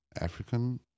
African